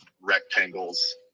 rectangles